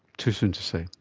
too soon to say.